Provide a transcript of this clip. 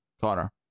Connor